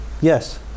yes